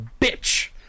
bitch